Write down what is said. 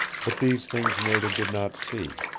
but these things nada did not see.